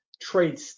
trade